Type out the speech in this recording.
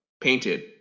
painted